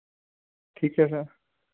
ਠੀਕ ਐ ਸਰ